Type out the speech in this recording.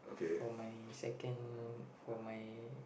for my second for my